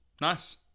nice